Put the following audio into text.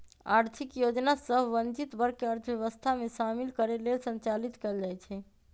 आर्थिक योजना सभ वंचित वर्ग के अर्थव्यवस्था में शामिल करे लेल संचालित कएल जाइ छइ